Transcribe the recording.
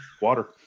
water